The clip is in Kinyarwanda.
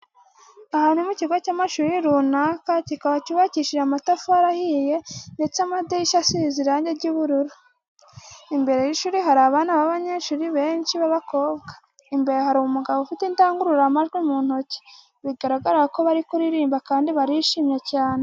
Aha ni mu kigo cy'amashuri runaka kikaba cyubakishije amatafari ahiye ndetse amadirishya asize irange ry'ubururu. Imbere y'ishuri hari abana b'abanyeshuri benshi b'abakobwa, imbere hari umugabo ufite indangururamajwi mu ntoki, bigaragara ko bari kuririmba kandi barishimye cyane.